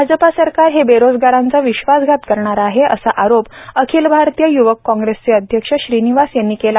भाजप सरकार हे बेरोजगारांचा विश्वासघात करणारे आहे असा आरोप अखिल भारतीय य्वक काँग्रेसचे अध्यक्ष श्रीनिवास यांनी केला